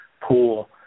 pool